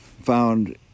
found